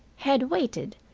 had waited,